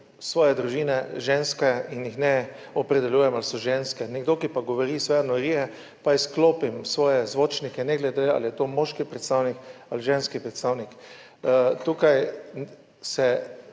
svoje družine, ženske in jih ne opredeljujem, ali so ženske, nekdo, ki pa govori svoje norije, pa izklopim svoje zvočnike, ne glede ali je to moški predstavnik ali ženski predstavnik. Tukaj se